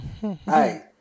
Hey